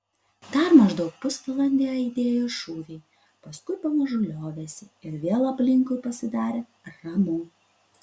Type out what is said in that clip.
dar maždaug pusvalandį aidėjo šūviai paskui pamažu liovėsi ir vėl aplinkui pasidarė ramu